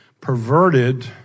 perverted